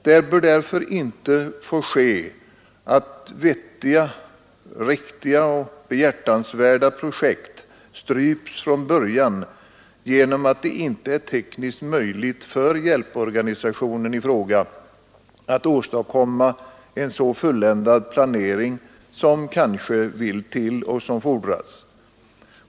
Det bör därför inte få ske att vettiga, riktiga och behjärtansvärda projekt stryps från början genom att det inte är tekniskt möjligt för hjälporganisationen i fråga att åstadkomma en så fulländad planering som kanske fordras.